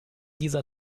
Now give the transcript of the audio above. dieser